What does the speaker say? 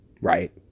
right